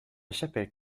chapelle